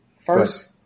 First